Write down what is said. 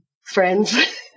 friends